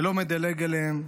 זה לא מדלג עליהם,